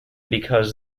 because